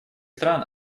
стран